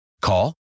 call